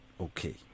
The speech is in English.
okay